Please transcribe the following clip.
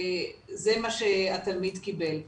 זה מה שהתלמיד קיבל.